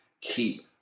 Keep